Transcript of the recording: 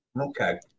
Okay